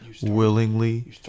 willingly